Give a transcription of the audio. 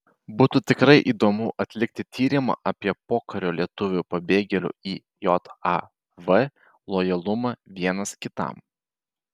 būtų tikrai įdomu atlikti tyrimą apie pokario lietuvių pabėgėlių į jav lojalumą vienas kitam